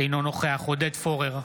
אינו נוכח עודד פורר,